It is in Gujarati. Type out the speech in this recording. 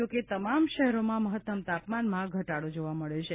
જોકે તમામ શહેરોમાં મહત્તમ તાપમાનમાં ઘટાડો જોવા મળ્યો છે